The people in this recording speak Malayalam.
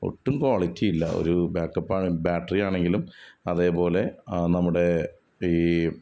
ഒട്ടും ക്വാളിറ്റിയില്ല ഒരു ബാക്കാപ്പ് ആണ് ബാറ്ററി ആണെങ്കിലും അതേപോലെ ആ നമ്മുടെ ഈ